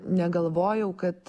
negalvojau kad